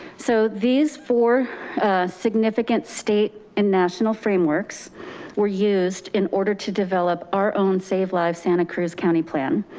so these four significant state and national frameworks were used in order to develop our own save lives santa cruz county plan.